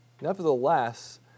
Nevertheless